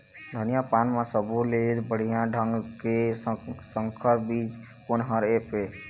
धनिया पान म सब्बो ले बढ़िया ढंग के संकर बीज कोन हर ऐप?